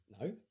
No